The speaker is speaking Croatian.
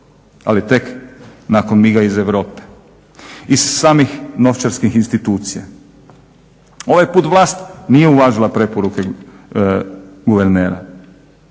ali tek nakon miga iz Europe, iz samih novčarskih institucija. Ovaj put vlast nije uvažila preporuke guvernera,